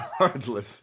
regardless